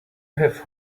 have